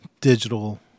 digital